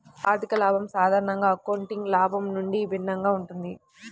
ఆర్థిక లాభం సాధారణంగా అకౌంటింగ్ లాభం నుండి భిన్నంగా ఉంటుంది